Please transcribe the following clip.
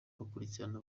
bakurikirana